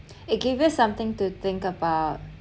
it gives us something to think about